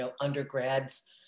undergrads